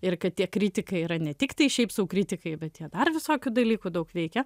ir kad tie kritikai yra ne tiktai šiaip sau kritikai bet jie dar visokių dalykų daug veikia